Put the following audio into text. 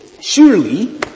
surely